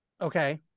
Okay